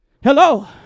Hello